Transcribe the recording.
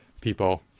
people